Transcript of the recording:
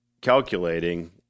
calculating